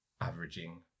averaging